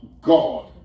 God